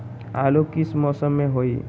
आलू किस मौसम में होई?